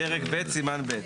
פרק ב', סימן ב'.